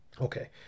Okay